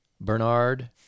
Bernard